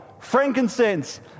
Frankincense